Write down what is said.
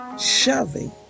shoving